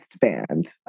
band